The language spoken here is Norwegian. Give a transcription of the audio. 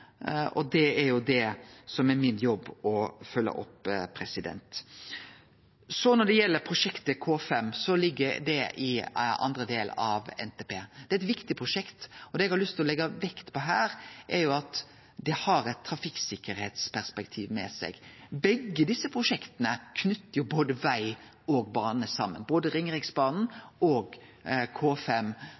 og det er jo det som er min jobb å følgje opp. Når det gjeld prosjektet K5, ligg det i andre del av NTP. Det er eit viktig prosjekt. Det eg har lyst til å leggje vekt på her, er at det har eit trafikksikkerheitsperspektiv med seg. Begge desse prosjekta knyter både veg og bane saman – både Ringeriksbanen og